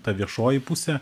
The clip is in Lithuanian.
ta viešoji pusė